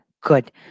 good